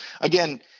again